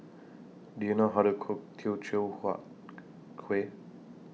Do YOU know How to Cook Teochew Huat Kuih